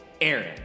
Aaron